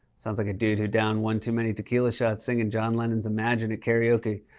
sounds like a dude who downed one too many tequila shots singing john lennon's imagine at karaoke.